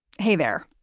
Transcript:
hey there.